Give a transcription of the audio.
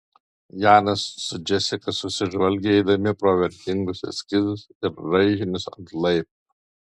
janas su džesika susižvalgė eidami pro vertingus eskizus ir raižinius ant laiptų